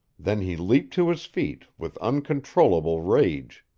then he leaped to his feet, with uncontrollable rage.